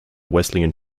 wesleyan